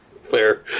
Fair